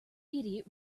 idiot